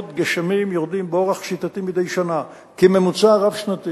גשמים יורדים באורח שיטתי מדי שנה בממוצע רב-שנתי.